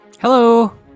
Hello